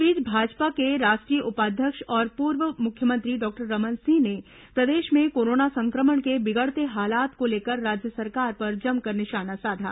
इस बीच भाजपा के राष्ट्रीय उपाध्यक्ष और पूर्व मुख्यमंत्री डॉक्टर रमन सिंह ने प्रदेश में कोरोना संक्रमण के बिगड़ते हालात को लेकर राज्य सरकार पर जमकर निशाना साधा